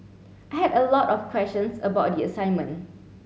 I had a lot of questions about the assignment